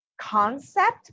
concept